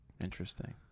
interesting